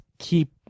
keep